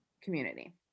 community